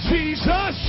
Jesus